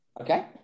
Okay